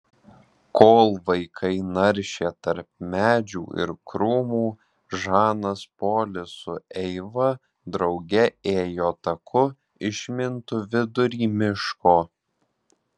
kol vaikai naršė tarp medžių ir krūmų žanas polis su eiva drauge ėjo taku išmintu vidury miško